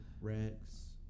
Rex